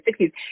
60s